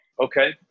Okay